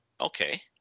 okay